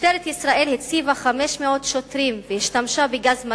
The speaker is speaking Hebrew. משטרת ישראל הציבה 500 שוטרים והשתמשה בגז מדמיע,